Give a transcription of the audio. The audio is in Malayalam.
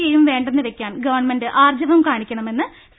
എ യും വേണ്ടെന്ന് വെക്കാൻ ഗവൺമെന്റ് ആർജ്ജവം കാണിക്കണമെന്ന് സി